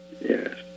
Yes